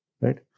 right